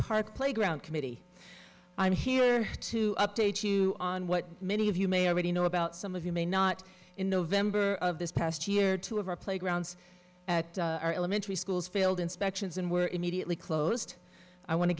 park playground committee i'm here to update you on what many of you may already know about some of you may not in november of this past year two of our playgrounds at our elementary schools failed inspections and were immediately closed i want to